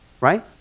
right